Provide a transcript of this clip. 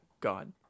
God